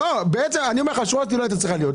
אני אומר לך שהשורה הזאת לא הייתה צריכה להיות.